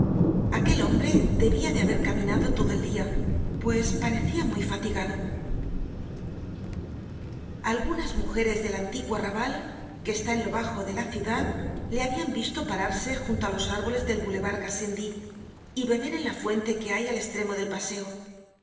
aquel hombre debia de haber caminado todo el dia pues parecia muy fatigado algunas mujeres del antiguo arrabal que está en lo bajo de la ciudad le habian visto pararse junto á los árboles del boulevard gassendi y beber en la fuente que hay al estremo del paseo